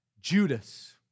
Judas